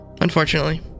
unfortunately